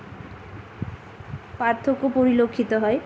পার্থক্য পরিলক্ষিত হয়